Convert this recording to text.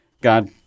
God